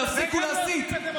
תפסיקו להסית,